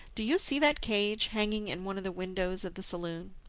do you see that cage hanging in one of the windows of the saloon?